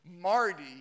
Marty